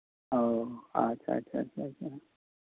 ᱚᱼᱚ ᱟᱪᱪᱷᱟ ᱟᱪᱪᱷᱟ